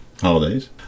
holidays